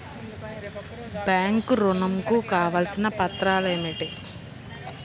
Bank ఋణం కు కావలసిన పత్రాలు ఏమిటి?